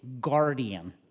guardian